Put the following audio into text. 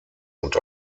und